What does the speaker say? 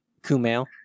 Kumail